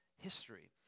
history